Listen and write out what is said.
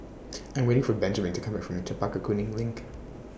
I'm waiting For Benjaman to Come Back from Chempaka Kuning LINK